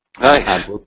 Nice